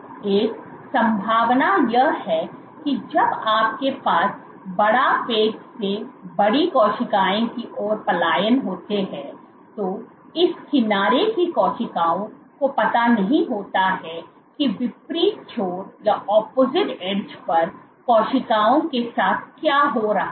एक संभावना यह है कि जब आपके पास बड़ा पैच से बड़ी कोशिकाओं की ओर पलायन होता है तो इस किनारे की कोशिकाओं को पता नहीं होता है कि विपरीत छोर पर कोशिकाओं के साथ क्या हो रहा है